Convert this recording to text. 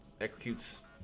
executes